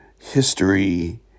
history